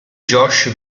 josh